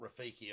Rafiki